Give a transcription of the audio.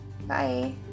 bye